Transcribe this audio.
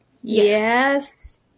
Yes